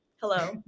Hello